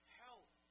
health